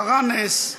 קרה נס,